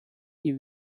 die